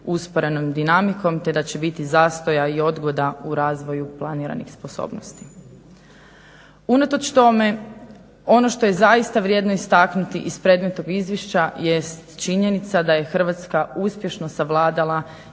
usporenom dinamikom te da će biti zastoja i odgoda u razvoju planiranih sposobnosti. Unatoč tome, ono što je zaista vrijedno istaknuti iz predmetnog izvješća jest činjenica da je Hrvatska uspješno savladala